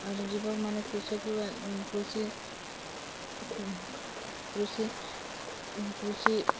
ଆର୍ ଯୁବକ୍ ମାନେ କୃଷିକୁ ଏ କୃଷି କୃଷି କୃଷି